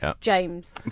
James